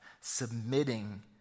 submitting